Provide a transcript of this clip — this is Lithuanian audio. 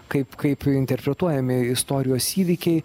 kaip kaip interpretuojami istorijos įvykiai